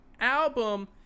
album